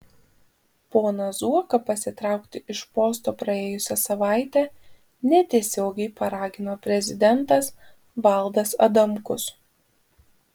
poną zuoką pasitraukti iš posto praėjusią savaitę netiesiogiai paragino prezidentas valdas adamkus